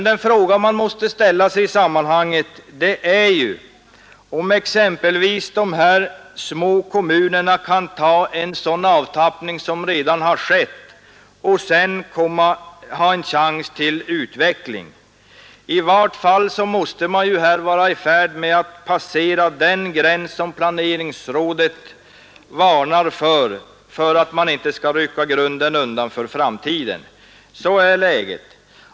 Den fråga man måste ställa sig är ju om exempelvis de här små kommunerna kan ta en sådan avtappning som redan har skett och sedan ha en chans till utveckling. I vart fall måste de vara i färd med att passera den gräns, där planeringsrådet varnar för att man riskerar att rycka undan grunden för framtiden. Sådant är läget.